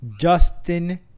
Justin